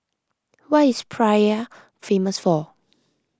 what is Praia famous for